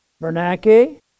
Bernanke